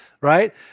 right